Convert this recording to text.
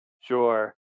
Sure